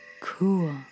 cool